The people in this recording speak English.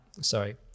Sorry